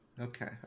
Okay